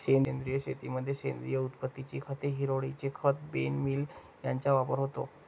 सेंद्रिय शेतीमध्ये सेंद्रिय उत्पत्तीची खते, हिरवळीचे खत, बोन मील यांचा वापर होतो